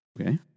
Okay